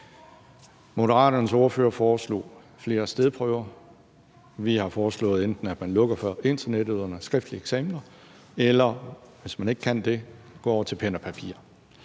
Moderaternes ordfører foreslog flere stedprøver. Vi har foreslået, at man enten lukker ned for internettet under skriftlige eksamener eller, hvis man ikke kan det, går over til pen og papir.